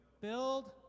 build